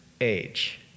age